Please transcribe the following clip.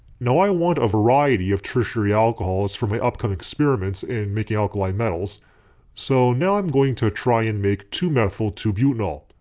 now i want a variety of tertiary alcohols for my upcoming experiments in making alkali metals so now i'm going to try and make two methyl two butanol.